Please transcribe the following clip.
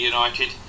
United